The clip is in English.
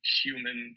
human